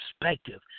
perspective